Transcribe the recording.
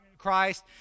christ